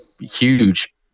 huge